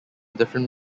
different